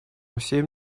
всем